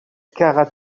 kara